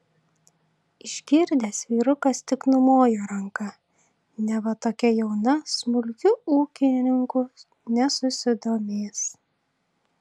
išgirdęs vyrukas tik numojo ranka neva tokia jauna smulkiu ūkininku nesusidomės